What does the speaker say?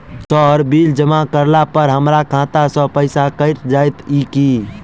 Sir bill जमा करला पर हमरा खाता सऽ पैसा कैट जाइत ई की?